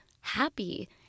happy